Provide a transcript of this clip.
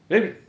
then